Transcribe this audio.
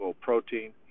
protein